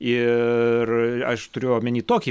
ir aš turiu omeny tokį